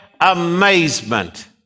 amazement